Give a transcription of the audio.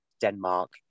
Denmark